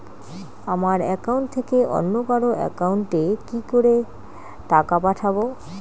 আমার একাউন্ট থেকে অন্য কারো একাউন্ট এ কি করে টাকা পাঠাবো?